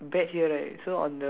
so